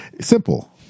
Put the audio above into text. Simple